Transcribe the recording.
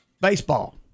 Baseball